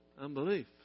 unbelief